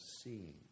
seeing